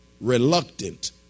reluctant